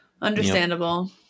Understandable